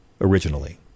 originally